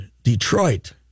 Detroit